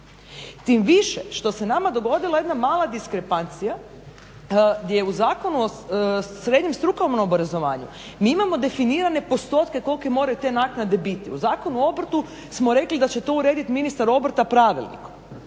Tim više što se nama dogodila jedna mala diskrepancija gdje je u zakonu o srednjem strukovnom obrazovanju mi imamo definirane postotke koliko moraju te naknade biti. U Zakonu o obrtu smo rekli da će to urediti ministar obrta pravilnikom.